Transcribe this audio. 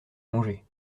congés